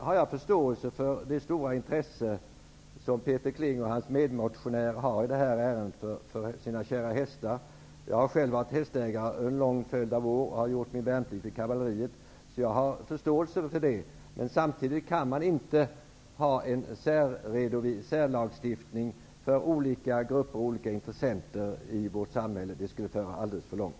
Jag har förståelse för det stora intresse som Peter Kling och hans medmotionär har i detta ärende för de kära hästarna. Jag har själv varit hästägare under en lång följd av år, och jag har gjort min värnplikt i kavalleriet. Jag har förståelse för detta intresse, men jag tycker samtidigt inte att man kan ha särlagstiftningar för olika grupper och intressenter i vårt samhälle. Det skulle föra alldeles för långt.